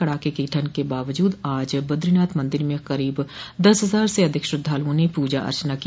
कड़ाके की ठंड के बावजूद आज बद्रीनाथ मंदिर में करीब दस हजार से अधिक श्रद्वालुओं ने पूजा अर्चना की